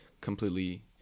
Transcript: completely